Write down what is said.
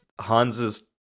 Hans's